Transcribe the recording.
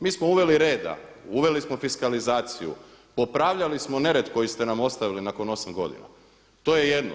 Mi smo uveli reda, uveli smo fiskalizaciju, popravljali smo nered koji ste nam ostavili nakon osam godina, to je jedno.